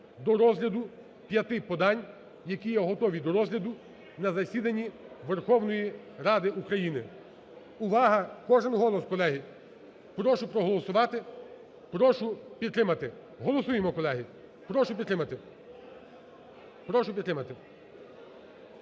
до розгляду п'яти подань, які є готові до розгляду на засіданні Верховної Ради України. Увага! Кожен голос, колеги. Прошу проголосувати. Прошу підтримати. Голосуємо, колеги, прошу підтримати.